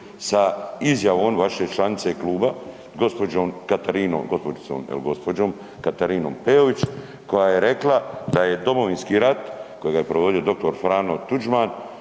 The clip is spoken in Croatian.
sa izjavom vaše članice kluba gđom. Katarinom, g-đicom. il gđom. Katarinom Peović koja je rekla da je Domovinski rat kojega je provodio dr. Franjo Tuđman